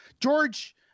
George